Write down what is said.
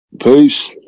Peace